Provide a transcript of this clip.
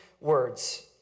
words